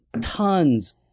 Tons